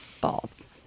balls